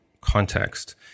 context